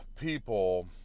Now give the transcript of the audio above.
people